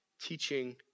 teaching